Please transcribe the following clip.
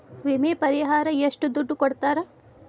ವಿಮೆ ಪರಿಹಾರ ಎಷ್ಟ ದುಡ್ಡ ಕೊಡ್ತಾರ?